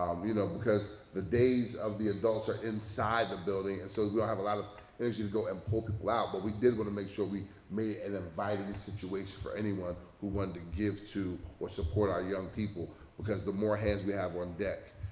you know because the days of the adults are inside the building, and so we don't have a lot of energy to go and poke it loud. but we did want to make sure we made an inviting situation for anyone who wanted to give to or support our young people because the more hands we have on deck,